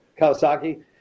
kawasaki